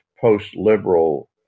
post-liberal